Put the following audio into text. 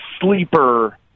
sleeper